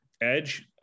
Edge